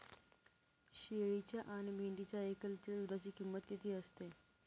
शेळीच्या आणि मेंढीच्या एक लिटर दूधाची किंमत किती असते?